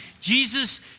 Jesus